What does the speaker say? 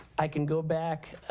i can go back.